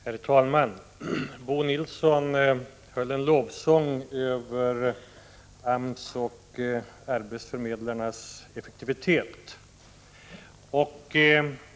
Herr talman! Bo Nilsson sjöng en lovsång till AMS och arbetsförmedlarnas effektivitet.